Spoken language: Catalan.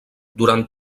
durant